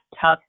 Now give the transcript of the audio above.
tough